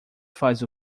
faz